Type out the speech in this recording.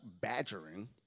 badgering